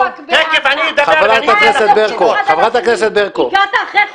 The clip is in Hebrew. ברקו, ברקו, ברקו, חברת הכנסת ברקו.